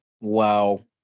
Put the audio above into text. Wow